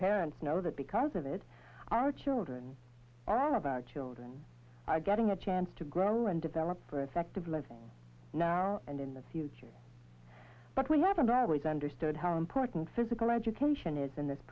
parents know that because of it our children about children are getting a chance to grow and develop for effective living now and in the future but we haven't always understood how important physical education is in this